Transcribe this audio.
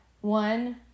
one